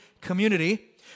community